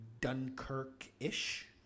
Dunkirk-ish